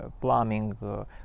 plumbing